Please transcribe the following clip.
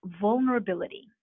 vulnerability